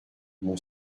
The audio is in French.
mon